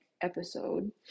episode